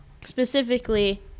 specifically